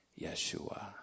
Yeshua